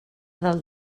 del